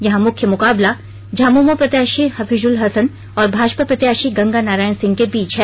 यहा मुख्य मुकाबला झामुमो प्रत्याशी हफीजुल हसन और भाजपा प्रत्याशी गंगा नारायण सिंह के बीच है